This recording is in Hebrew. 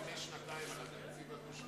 אמרת את זה לפני שנתיים גם על התקציב הדו-שנתי,